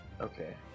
Okay